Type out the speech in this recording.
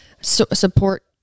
Support